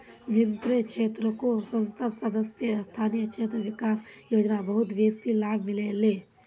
वित्तेर क्षेत्रको संसद सदस्य स्थानीय क्षेत्र विकास योजना बहुत बेसी लाभ मिल ले